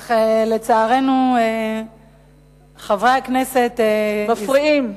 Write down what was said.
אך לצערנו, חברי הכנסת, מפריעים.